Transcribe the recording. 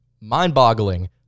mind-boggling